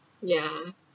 yeah